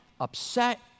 upset